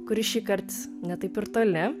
kuri šįkart ne taip ir toli